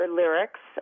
lyrics